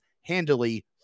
handily